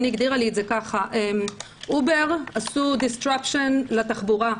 הגדירה לי את זה כך: הובר עשו דיסטרקשן לתחבורה,